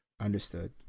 Understood